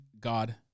God